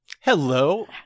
Hello